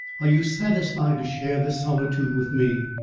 are you satisfied to share this solitude with me?